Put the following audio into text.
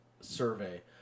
Survey